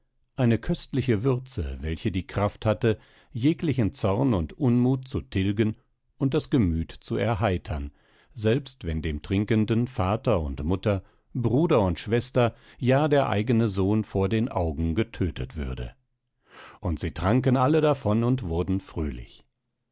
eine köstliche würze welche die kraft hatte jeglichen zorn und unmut zu tilgen und das gemüt zu erheitern selbst wenn dem trinkenden vater und mutter bruder und schwester ja der eigene sohn vor den augen getötet würde und sie tranken alle davon und wurden fröhlich